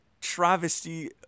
travesty